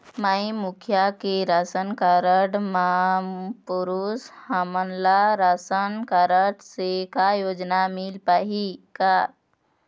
माई मुखिया के ration card म पुरुष हमन ला रासनकारड से का योजना मिल पाही का?